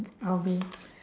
I'll be